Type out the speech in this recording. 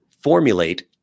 formulate